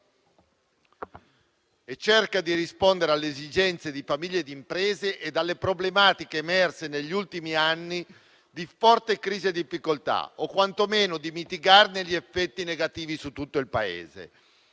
cerca di rispondere alle esigenze di famiglie e imprese e alle problematiche emerse negli ultimi anni di forte crisi e difficoltà, o quantomeno di mitigarne gli effetti negativi su tutto il Paese.